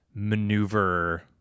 maneuver